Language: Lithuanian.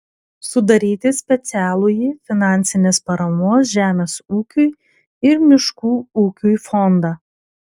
sudaryti specialųjį finansinės paramos žemės ūkiui ir miškų ūkiui fondą